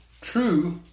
true